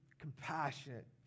compassionate